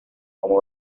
como